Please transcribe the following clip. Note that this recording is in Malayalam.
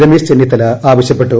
രമേശ് ചെന്നിത്തല ആവശ്യപ്പെട്ടു